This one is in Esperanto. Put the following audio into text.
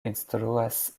instruas